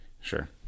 Sure